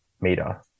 meter